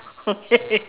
okay